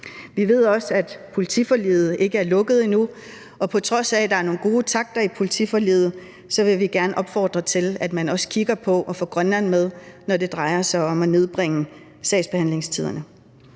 Vi ved også, at politiforliget ikke er lukket endnu, og på trods af at der er nogle gode takter i politiforliget, vil vi gerne opfordre til, at man også kigger på at få Grønland med, når det drejer sig om at nedbringe sagsbehandlingstiderne.